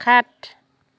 সাত